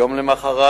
יום למחרת,